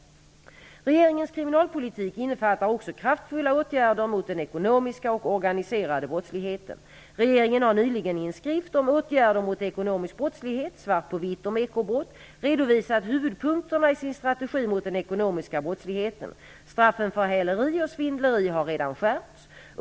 Regeringens kriminalpolitik innefattar också kraftfulla åtgärder mot den ekonomiska och organiserade brottsligheten. Regeringen har nyligen i en skrift om åtgärder mot ekonomisk brottslighet -- Svart på vitt om ekobrott -- redovisat huvudpunkterna i sin strategi mot den ekonomiska brottsligheten. Straffen för häleri och svindleri har redan skärpts.